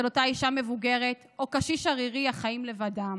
של אותה אישה מבוגרת או קשיש ערירי החיים לבדם